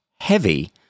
heavy